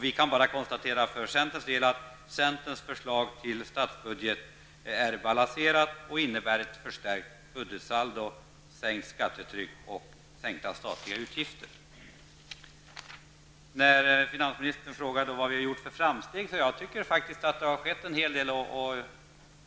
Vi kan bara konstatera för centerns del att centerns förslag till statsbudget är balanserat och innebär ett förstärkt budgetsaldo, sänkt skattetryck och sänkta statliga utgifter. Finansministern frågade vad vi har gjort för framsteg. Jag tycker faktiskt att det har skett en hel del.